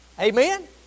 Amen